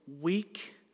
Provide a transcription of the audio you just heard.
weak